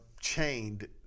chained